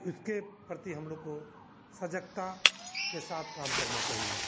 इसके प्रति हम लोगों को सजगता के साथ काम करना चहिए